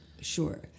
sure